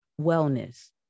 wellness